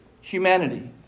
humanity